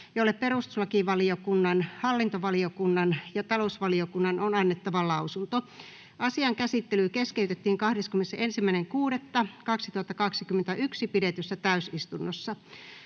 jolle perustuslakivaliokunnan, hallintovaliokunnan ja talousvaliokunnan on annettava lausunto. Asian käsittely keskeytettiin 21.6.2021 pidetyssä täysistunnossa.